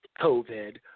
COVID